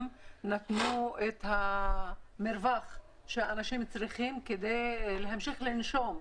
נתנו את המרווח שאנשים צריכים כדי להמשיך לנשום.